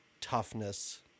toughness